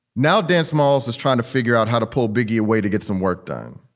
now, dan smalls is trying to figure out how to pull biggie away to get some work done.